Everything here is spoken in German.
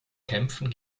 kämpfen